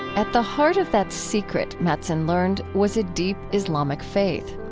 at the heart of that secret, mattson learned, was a deep islamic faith.